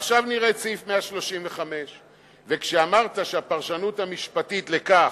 עכשיו נראה את סעיף 135. כשאמרת שהפרשנות המשפטית לכך,